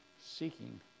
seeking